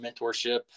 mentorship